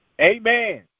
Amen